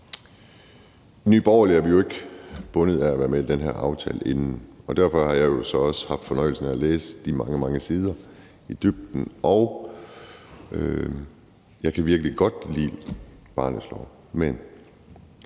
Nye Borgerlige er vi jo ikke bundet af at være med i den her aftale, og derfor har jeg så også haft fornøjelsen af at læse de mange, mange sider i dybden, og jeg kan virkelig godt lide barnets lov. Men